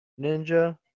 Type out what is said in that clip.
Ninja